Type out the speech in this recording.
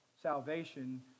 salvation